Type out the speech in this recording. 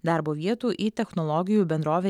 darbo vietų į technologijų bendrovę